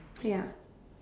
ya